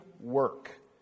work